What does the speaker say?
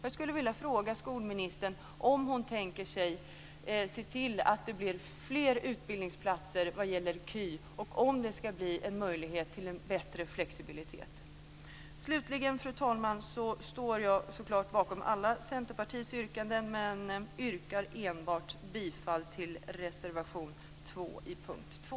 Jag skulle vilja fråga skolministern om hon tänker se till att det blir fler utbildningsplatser vad gäller KY, och om det ska bli en möjlighet till en bättre flexibilitet. Slutligen, fru talman, står jag så klart bakom alla Centerpartiets yrkanden, men jag yrkar bifall enbart till reservation 2 under punkt 2.